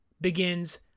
begins